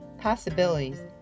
possibilities